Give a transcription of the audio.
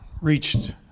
reached